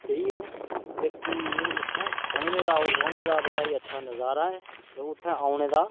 बेहियै ते भी ओह् उ'त्थें बोह्ने दा होर रोह्ने दा बड़ा ई अच्छा नजारा ऐ ते उ'त्थें औने दा